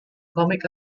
comic